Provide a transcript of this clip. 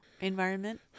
environment